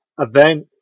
event